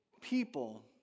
people